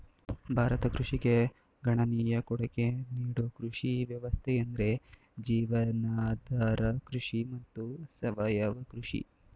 ಭಾರತ ಕೃಷಿಗೆ ಗಣನೀಯ ಕೊಡ್ಗೆ ನೀಡೋ ಕೃಷಿ ವ್ಯವಸ್ಥೆಯೆಂದ್ರೆ ಜೀವನಾಧಾರ ಕೃಷಿ ಮತ್ತು ಸಾವಯವ ಕೃಷಿ